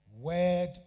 word